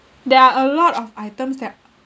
there are a lot of items that